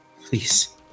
Please